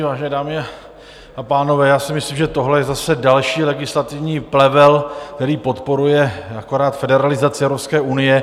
Vážené dámy a pánové, já si myslím, že tohle je zase další legislativní plevel, který podporuje akorát federalizaci Evropské unie.